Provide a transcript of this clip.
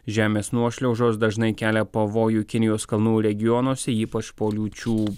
žemės nuošliaužos dažnai kelia pavojų kinijos kalnų regionuose ypač po liūčių